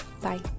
Bye